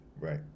Right